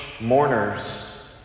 mourners